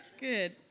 good